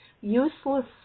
useless